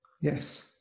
Yes